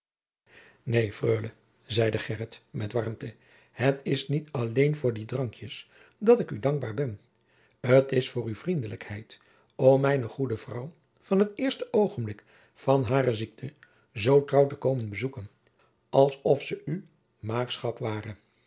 neen freule zeide gheryt met warmte het is niet alleen voor die drankskens dat ik oe dankbaôr ben t is voor oe vriendelijkheid om mijne goede vrouw van het eerste oogenblik van heure ziekte zoo trouw te komen bezoeken als of ze oe maôgschap waôre